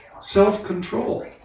Self-control